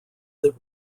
that